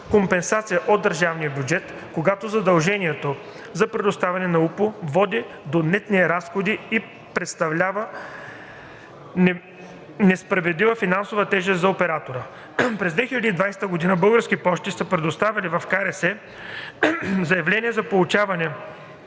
компенсация от държавния бюджет, когато задължението за предоставяне на УПУ води до нетни разходи и представлява несправедлива финансова тежест за оператора. През 2020 г. „Български пощи“ са представили в КРС заявление за получаване